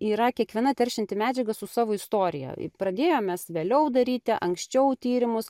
yra kiekviena teršianti medžiaga su savo istorija pradėjom mes vėliau daryti anksčiau tyrimus